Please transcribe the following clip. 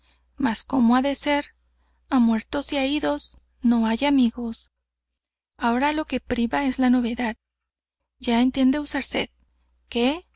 cómo ha de ser a muertos y á idos no hay amigos ahora lo que priva es la novedad ya me entiende usarced qué